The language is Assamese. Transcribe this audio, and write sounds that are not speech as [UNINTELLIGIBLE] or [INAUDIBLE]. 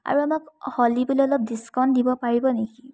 আৰু আমাক [UNINTELLIGIBLE] অলপ ডিছকাউণ্ট দিব পাৰিব নেকি